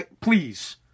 Please